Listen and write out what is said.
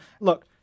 Look